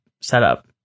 setup